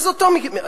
זה מינימום.